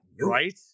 right